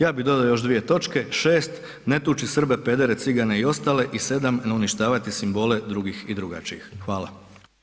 Ja bi dodao još dvije točke, 6, ne tući Srbe, pedere, cigane i ostale i 7, ne uništavati simbole drugih i drugačijih.“ Hvala.